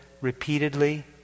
repeatedly